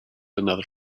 another